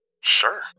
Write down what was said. Sure